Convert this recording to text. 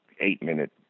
eight-minute